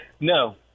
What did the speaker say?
No